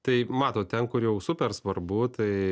tai matot ten kur jau super svarbu tai